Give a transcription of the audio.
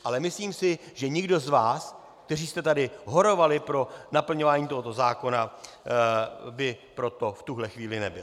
Ale myslím si, že nikdo z vás, kteří jste tady horovali pro naplňování tohoto zákona, by pro to v tuhle chvíli nebyl.